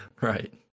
Right